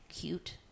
cute